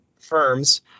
firms